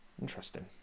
interesting